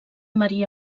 maria